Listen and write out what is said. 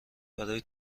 برای